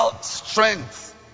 strength